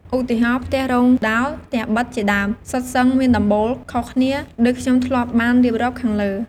ឧទាហរណ៍ ផ្ទះរោងដោល, ផ្ទះប៉ិតជាដើម សុទ្ធសឹងមានដំបូលខុសគ្នា ដូចខ្ញុំធ្លាប់បានរៀបរាប់ខាងលើ។